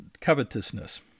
covetousness